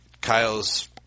Kyle's